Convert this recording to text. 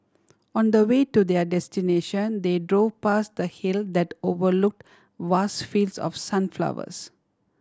on the way to their destination they drove past a hill that overlook vast fields of sunflowers